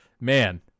man